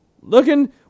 Looking